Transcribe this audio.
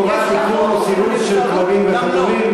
חובת עיקור או סירוס של כלבים וחתולים),